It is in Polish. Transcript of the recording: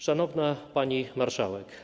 Szanowna Pani Marszałek!